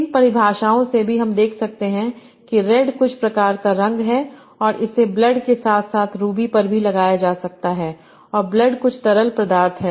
इन परिभाषाओं से भी हम देख सकते हैं कि रेड कुछ प्रकार का रंग है और इसे ब्लड के साथ साथ रूबी पर भी लगाया जा सकता है और ब्लडकुछ तरल पदार्थ है